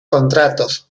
contratos